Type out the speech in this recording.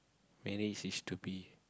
manage is to be